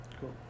Cool